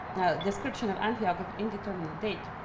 description of antioch of indeterminate date,